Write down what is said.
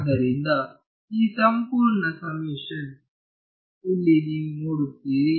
ಆದ್ದರಿಂದ ಈ ಸಂಪೂರ್ಣ ಸಮೇಶನ್ ಇಲ್ಲಿ ನೀವು ನೋಡುತ್ತೀರಿ